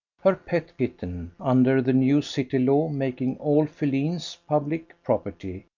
her pet kitten, under the new city law making all felines public property,